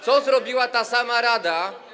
Co zrobiła ta sama rada.